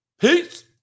Peace